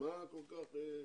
מה כל כך?